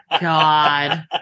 God